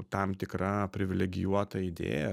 tam tikra privilegijuota idėja